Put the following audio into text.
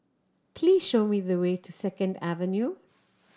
please show me the way to Second Avenue